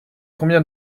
combien